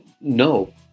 No